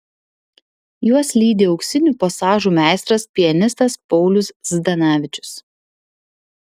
juos lydi auksinių pasažų meistras pianistas paulius zdanavičius